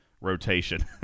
rotation